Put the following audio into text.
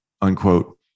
unquote